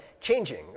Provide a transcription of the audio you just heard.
changing